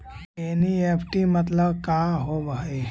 NEFT मतलब का होब हई?